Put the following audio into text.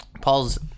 Paul's